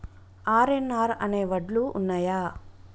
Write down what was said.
RNR అనే వడ్లు ఉన్నయా?